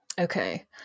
Okay